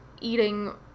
eating